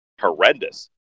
horrendous